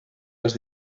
les